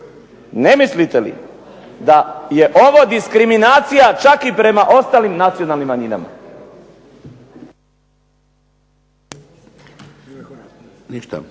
ne mislite li da je ovo diskriminacija čak i prema ostalim nacionalnim manjinama?